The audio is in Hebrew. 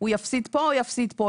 הוא יפסיד פה או יפסיד פה?